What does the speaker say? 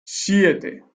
siete